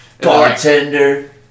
Bartender